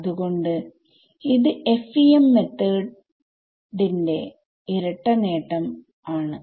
അത് കൊണ്ട് ഇത് FEM മെത്തേഡ്സ് ന്റെ ഇരട്ട നേട്ടം ആണ്